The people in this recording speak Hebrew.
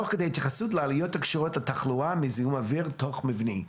תוך כדי התייחסות לעלויות הקשורות לתחלואה מזיהום אוויר תוך מבני.